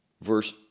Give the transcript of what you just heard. verse